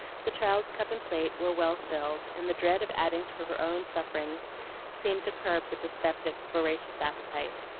the child's cup and plate were well filled, and the dread of adding to her own sufferings seemed to curb the dyspeptic's voracious appetite.